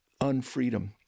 unfreedom